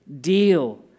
deal